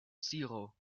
zero